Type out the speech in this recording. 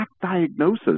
diagnosis